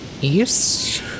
yes